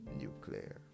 nuclear